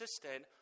assistant